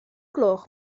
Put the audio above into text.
gloch